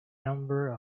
number